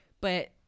But-